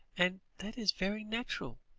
and that is very natural,